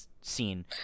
scene